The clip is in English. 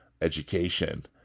education